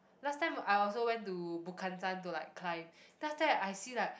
last time I also went to Bukhansan to like climb then after that I see like